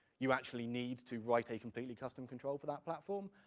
you actually need to write a completely custom control for that platform,